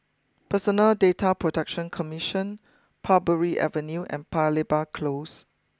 Personal Data Protection Commission Parbury Avenue and Paya Lebar close